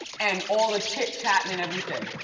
and all the chit chatting and everything.